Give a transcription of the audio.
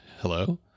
hello